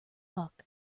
luck